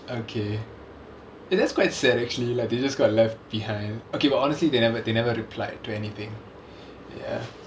okay eh that's quite sad actually like they just got left behind okay but honestly they never they never replied to anything ya